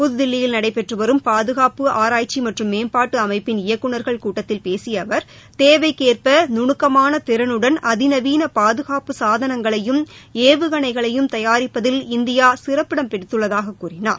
புதுதில்லியில் நடைபெற்றுவரும் பாதுகாப்பு ஆராய்ச்சி மற்றும் மேம்பாட்டு அமைப்பின் இயக்குநர்கள் கூட்டத்தில் பேசிய அவர் தேவைக்கேற்ப நுனுக்கமான திறனுடன் அதிநவீன பாதுகாப்பு சாதனங்களையும் ஏவுகணைகளையும் தயாரிப்பதில் இந்தியா சிறப்பு இடம் பிடித்துள்ளதாக கூறினார்